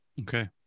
Okay